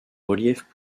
relief